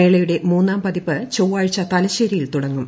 മേളയുടെ മൂന്നാം പതിപ്പ് ചൊവ്വാഴ്ച തലശ്ശേരിയിൽ തുടങ്ങും